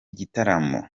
gitaramo